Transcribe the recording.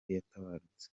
yatabarutse